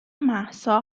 مهسا